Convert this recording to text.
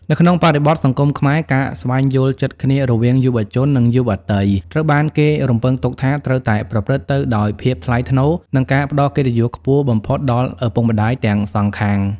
នៅក្នុងបរិបទសង្គមខ្មែរ ការស្វែងយល់ចិត្តគ្នារវាងយុវជន និងយុវតី ត្រូវបានគេរំពឹងទុកថាត្រូវតែប្រព្រឹត្តទៅដោយភាពថ្លៃថ្នូរ និងការផ្ដល់កិត្តិយសខ្ពស់បំផុតដល់ឪពុកម្ដាយទាំងសងខាង។